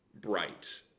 bright